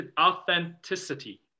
authenticity